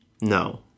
no